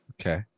Okay